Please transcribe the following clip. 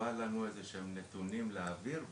לא היה לנו איזשהם נתונים להעביר,